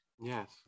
Yes